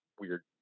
weird